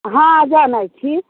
हँ जनैत छी